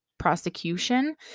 prosecution